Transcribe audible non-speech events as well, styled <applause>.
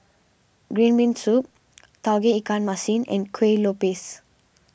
Green Bean Soup <noise> Tauge Ikan Masin and Kuih Lopes